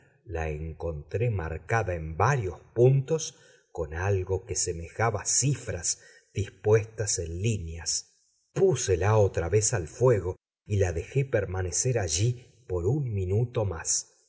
la encontré marcada en varios puntos con algo que semejaba cifras dispuestas en líneas púsela otra vez al fuego y la dejé permanecer allí por un minuto más